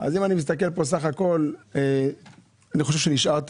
אז אם אני מסתכל פה סך הכול, אני חושב שנשארתם.